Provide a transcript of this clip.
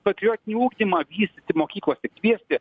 patriotinį ugdymą vystyti mokyklose kviesti